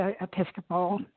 Episcopal